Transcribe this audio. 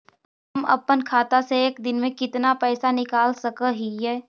हम अपन खाता से एक दिन में कितना पैसा निकाल सक हिय?